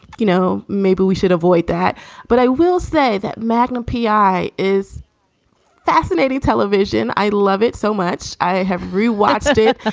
you know, maybe we should avoid that but i will say that magnum p i. is fascinating television. i love it so much. i have rewatched it.